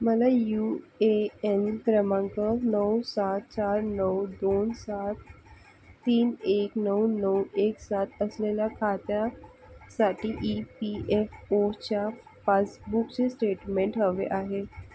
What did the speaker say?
मला U A N क्रमांक नऊ सात चार नऊ दोन सात तीन एक नऊ नऊ एक सात असलेल्या खात्या साठी ई पी एफ ओच्या पासबुकचे स्टेटमेंट हवे आहे